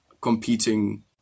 competing